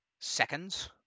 seconds